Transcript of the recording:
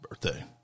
birthday